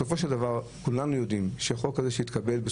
כולם יודעים שבסופו של דבר שהחוק הזה שיתקבל,